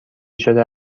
شده